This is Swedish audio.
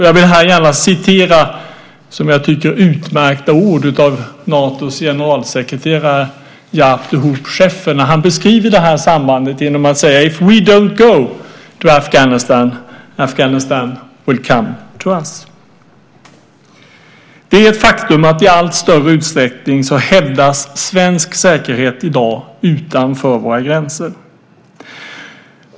Jag vill här gärna upprepa, som jag tycker, utmärkta ord av Natos generalsekreterare Jaap de Hoop Scheffer när han beskriver sambandet: If we don't go to Afghanistan, Afghanistan will come to us . Det är ett faktum att i allt större utsträckning hävdas svensk säkerhet i dag utanför våra gränser.